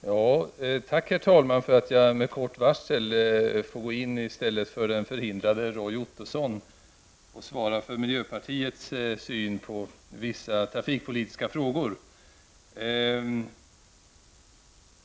Herr talman! Tack för att jag med kort varsel får gå in i stället för den förhindrade Roy Ottosson och svara för miljöpartiets syn på vissa trafikpolitiska frågor!